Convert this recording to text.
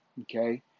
okay